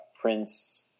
Prince –